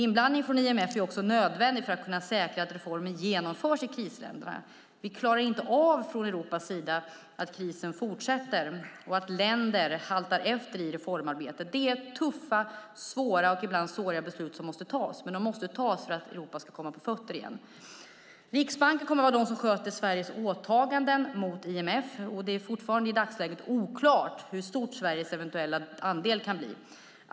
Inblandning från IMF är också nödvändig för att kunna säkra att reformen genomförs i krisländerna. Vi klarar inte av från Europas sida att krisen fortsätter och att länder haltar efter i reformarbetet. Det är tuffa, svåra och ibland såriga beslut som måste tas. Men de måste tas för att Europa ska komma på fötter igen. Riksbanken kommer att vara den som sköter Sveriges åtaganden mot IMF. Det är fortfarande oklart hur stor Sveriges eventuella andel kan bli.